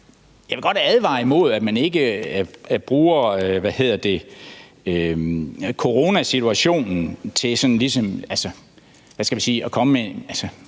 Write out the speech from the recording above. Jeg vil godt advare imod, at man bruger coronasituationen som en